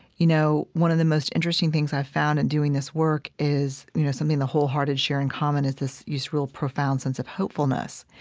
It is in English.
you know, one of the most interesting things i've found in doing this work is you know something the wholehearted share in common is this real profound sense of hopefulness.